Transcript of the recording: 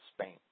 Spain